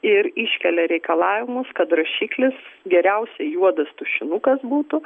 ir iškelia reikalavimus kad rašiklis geriausi juodas tušinukas būtų